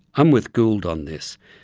i'm with gould on this.